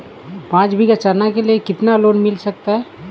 पाँच बीघा चना के लिए कितना लोन मिल सकता है?